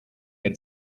had